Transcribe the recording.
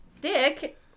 Dick